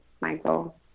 Michael